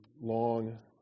long